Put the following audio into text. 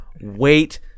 wait